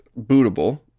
bootable